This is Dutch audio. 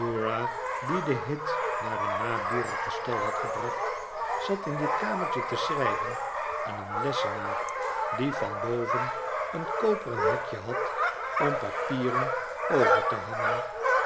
die den hit naar een naburigen stal had gebracht zat in dit kamertje te schrijven aan een lessenaar die van boven eto koperen hekje had om papieren over te hangen